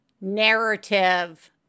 narrative